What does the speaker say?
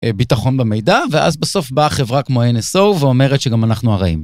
ביטחון במידע, ואז בסוף באה חברה כמו NSO ואומרת שגם אנחנו הרעים.